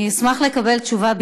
אני אשמח לקבל תשובה בכתב.